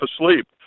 asleep